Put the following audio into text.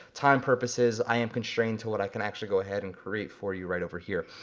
time purposes, i am constrained to what i can actually go ahead and create for you right over here.